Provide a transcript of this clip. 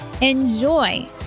Enjoy